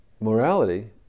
Morality